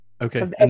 Okay